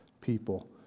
people